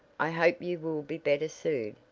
i hope you will be better soon.